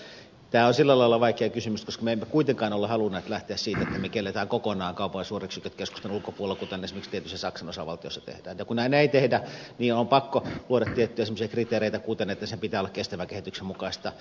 tämä on sillä lailla vaikea kysymys koska me emme ole kuitenkaan halunneet lähteä siitä että me kiellämme kokonaan kaupan suuryksiköt keskustan ulkopuolella kuten esimerkiksi tietyissä saksan osavaltioissa tehdään ja kun näin ei tehdä niin on pakko luoda tiettyjä semmoisia kriteereitä kuten että sen pitää olla kestävän kehityksen mukaista